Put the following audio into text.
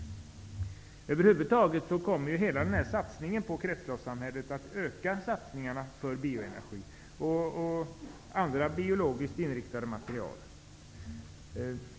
Över huvud taget kommer hela satsningen på kretsloppssamhället att öka satsningarna på bioenergi och andra biologiskt inriktade material.